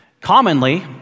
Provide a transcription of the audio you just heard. Commonly